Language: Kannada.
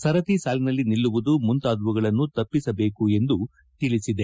ಸರತಿ ಸಾಲಿನಲ್ಲಿ ನಿಲ್ಲುವುದು ಮುಂತಾದವುಗಳನ್ನು ತಪ್ಪಿಸಬೇಕು ಎಂದು ತಿಳಿಸಿದೆ